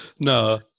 no